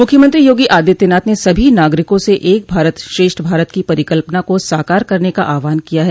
मुख्यमंत्री योगी आदित्यनाथ ने सभी नागरिकों से एक भारत श्रेष्ठ भारत की परिकल्पना को साकार करने का आहवान किया है